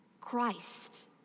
Christ